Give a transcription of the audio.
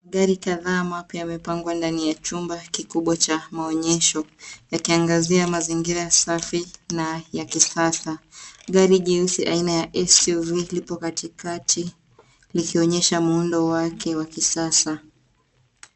Magari kadhaa mapya yamepangwa ndani ya chumba kikubwa cha maonyesho yakiangazia mazingira safi na ya kisasa. Gari jeusi aina ya SUV lipo katikati likionyesha muundo wake wa kisasa.